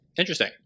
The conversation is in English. interesting